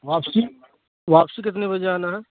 واپسی واپسی کتنے بجے آنا ہے